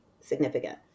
significant